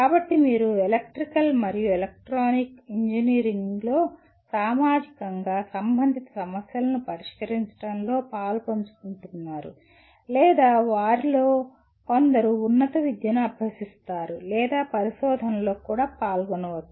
కాబట్టి మీరు ఎలక్ట్రికల్ మరియు ఎలక్ట్రానిక్ ఇంజనీరింగ్లో సామాజికంగా సంబంధిత సమస్యలను పరిష్కరించడంలో పాలుపంచుకున్నారు లేదా వారిలో కొందరు ఉన్నత విద్య అభ్యసిస్తారు లేదా పరిశోధనలో కూడా పాల్గొంటారు